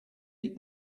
eat